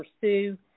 pursue